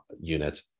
unit